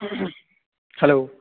hello